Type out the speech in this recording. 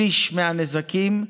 שליש מהנזקים,